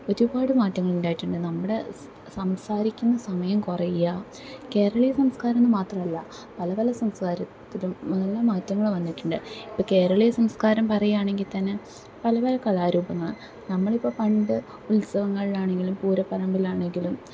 ഒരുപാട് മാറ്റങ്ങളുണ്ടായിട്ടുണ്ട് നമ്മുടെ സംസാരിക്കുന്ന സമയം കുറയുക കേരളീയ സംസ്കാരംന്ന് മാത്രവല്ല പല പല സംസാരത്തിലും ഇങ്ങനെ മാറ്റങ്ങൾ വന്നിട്ടുണ്ട് ഇപ്പം കേരളീയ സംസ്കാരം പറയുകാണെങ്കിൽ തന്നെ പല പല കലാരൂപങ്ങൾ നമ്മളിപ്പം പണ്ട് ഉൽസവങ്ങളിലാണെങ്കിലും പൂരപ്പറമ്പിലാണെങ്കിലും